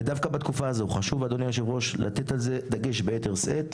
ודווקא בתקופה הזו חשוב אדוני היושב-ראש לתת על זה דגש ביתר שאת,